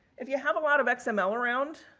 if you have a lot of like xml around,